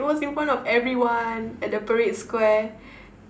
it was in front of everyone at the Parade Square